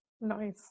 Nice